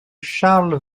charles